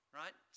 right